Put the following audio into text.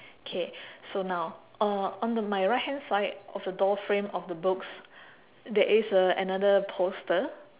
K so now uh on the my right hand side of the door frame of the books there is a another poster